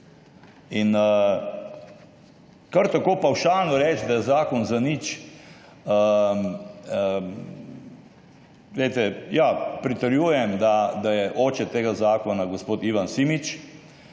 In kar tako pavšalno reči, da je zakon zanič … Glejte, ja, pritrjujem, da je oče tega zakona gospod Ivan Simič,